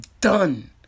done